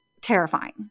terrifying